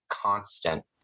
constant